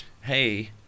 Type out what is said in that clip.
hey